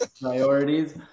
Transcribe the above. priorities